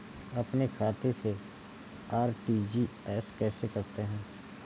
अपने खाते से आर.टी.जी.एस कैसे करते हैं?